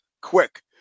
quick